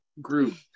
group